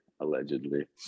Allegedly